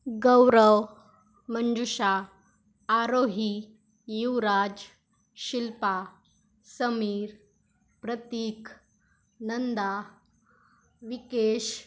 Gaurav Manjusha Arohi Yuvraj Shilpa Sameer Prateek Nanda Vikesh